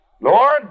Lord